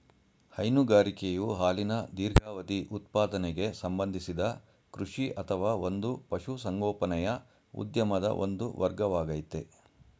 ಹೈನುಗಾರಿಕೆಯು ಹಾಲಿನ ದೀರ್ಘಾವಧಿ ಉತ್ಪಾದನೆಗೆ ಸಂಬಂಧಿಸಿದ ಕೃಷಿ ಅಥವಾ ಒಂದು ಪಶುಸಂಗೋಪನೆಯ ಉದ್ಯಮದ ಒಂದು ವರ್ಗವಾಗಯ್ತೆ